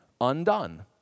undone